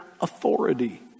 authority